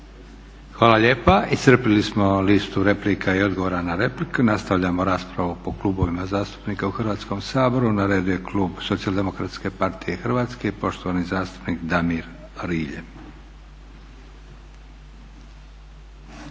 Hvala lijepa. Iscrpili smo listu replika i odgovora na repliku. Nastavljamo raspravu po klubovima zastupnika u Hrvatskom saboru. Na redu je klub Socijaldemokratske partije Hrvatske i poštovani zastupnik Damir Rilje.